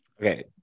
okay